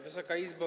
Wysoka Izbo!